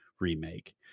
remake